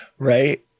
Right